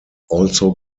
also